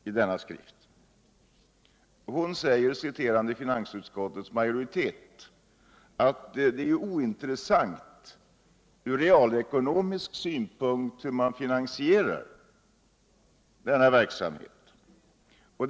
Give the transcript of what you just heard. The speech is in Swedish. Fru Olsson säger, citerande finansutskottets majoritet, att det är ointressant ur realekonomisk synpunkt hur man finansierar denna verksamhet.